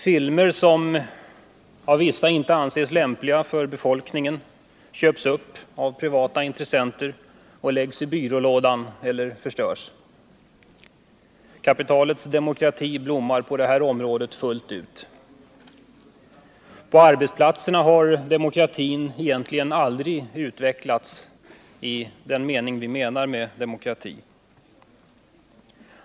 Filmer som av vissa inte anses lämpliga för befolkningen köps upp av privata intressenter och läggs i byrålådan eller förstörs. Kapitalets demokrati blommar på detta område fullt ut. På arbetsplatserna har demokratin, i ordets rätta bemärkelse, aldrig utvecklats.